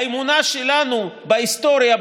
האמונה שלנו בהיסטוריה,